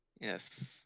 Yes